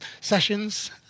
sessions